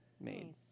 made